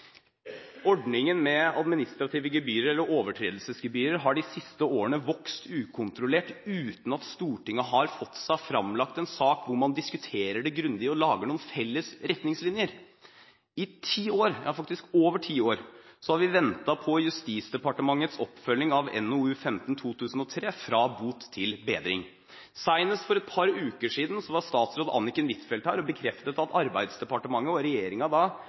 ordningen med overtredelsesgebyrer har i de siste årene vokst ukontrollert, uten at Stortinget har fått seg fremlagt en sak hvor man diskuterer det grundig og lager noen felles retningslinjer. I over ti år har vi ventet på Justisdepartementets oppfølging av NOU 2003: 15 Fra bot til bedring. Senest for et par uker siden var statsråd Anniken Huitfeldt her og bekreftet at Arbeidsdepartementet og